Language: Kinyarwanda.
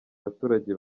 abaturage